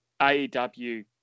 AEW